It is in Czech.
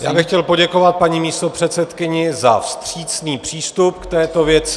Já bych chtěl poděkovat paní místopředsedkyni za vstřícný přístup k této věci.